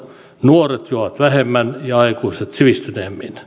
nuoret juovat vähemmän ja aikuiset sivistyneemmin